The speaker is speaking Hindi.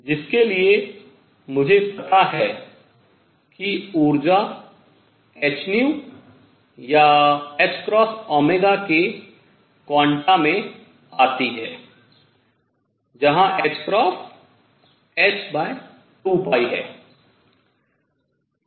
जिसके लिए मुझे पता है कि ऊर्जा hν या ℏω के क्वांटा में आती है जहां h2 है